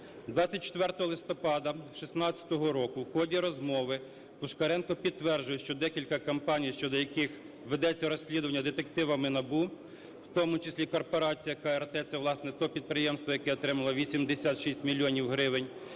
24 листопада 2016 року в ході розмови Пушкаренко підтверджує, що декілька компаній, щодо яких ведеться розслідування детективами НАБУ, в тому числі "Корпорація КРТ" - це, власне, те підприємство, яке отримало 86 мільйонів